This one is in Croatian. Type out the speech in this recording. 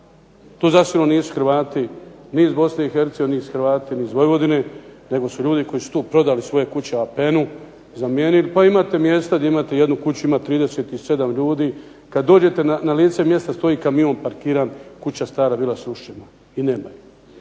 To zasigurno nisu Hrvati ni iz Bosne i Hercegovine, nisu Hrvati ni iz Vojvodine nego su ljudi koji su tu prodali svoje kuće APN-u, zamijenili. Pa imate mjesta gdje imate jednu kuću, ima 37 ljudi, kad dođete na lice mjesta stoji kamion parkiran, kuća stara bila srušena i nema je.